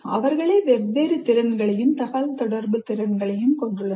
அவர்களே வெவ்வேறு திறன்களையும் தகவல்தொடர்பு திறன்களையும் கொண்டுள்ளனர்